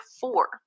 four